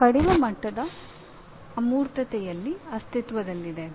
ಇದು ಕಡಿಮೆ ಮಟ್ಟದ ಅಮೂರ್ತತೆಯಲ್ಲಿ ಅಸ್ತಿತ್ವದಲ್ಲಿದೆ